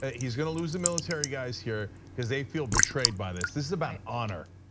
ah he's gonna lose the military guys here, cuz they feel betrayed by this, this is about honor,